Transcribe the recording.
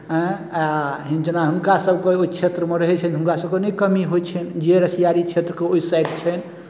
आँय आ हिन जेना हुनकासभके ओहि क्षेत्रमे रहै छथि हुनकासभकेँ नहि कमी होइ छनि जे रसियारी क्षेत्रके ओहि साइड छनि